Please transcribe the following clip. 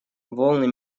волны